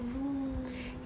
oh no